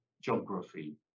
geography